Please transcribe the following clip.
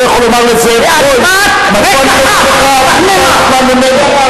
אני לא יכול לומר לזאב בוים, באשמת, מי אמר את זה?